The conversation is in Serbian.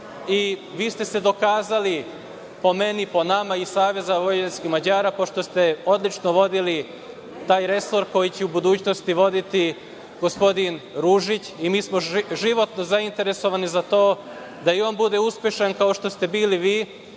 Vi ste se dokazali, po meni, po nama iz SVM, pošto ste odlično vodili taj resor, koji je će u budućnosti voditi gospodin Ružić. Mi smo životno zainteresovani za to da i on bude uspešan kao što ste bili vi,